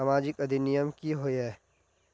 सामाजिक अधिनियम की होय है?